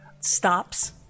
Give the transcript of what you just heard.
Stops